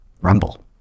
Rumble